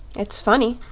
it's funny.